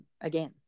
again